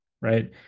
right